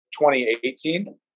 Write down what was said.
2018